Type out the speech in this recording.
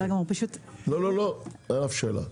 בסדר גמור, פשוט --- לא, לא, אין אף שאלה.